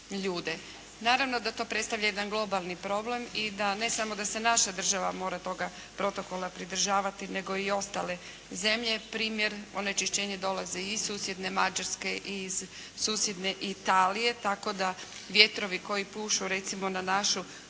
Naravno da to predstavlja jedan globalni problem i da ne samo da se naša država mora toga protokola pridržavati nego i ostale zemlje. Primjer, onečišćenja dolaze i iz susjedne Mađarske i iz susjedne Italije, tako da vjetrovi koji pušu recimo na našu